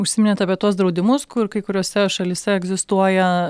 užsiminėt apie tuos draudimus kur kai kuriose šalyse egzistuoja